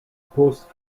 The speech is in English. post